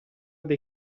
dei